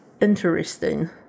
interesting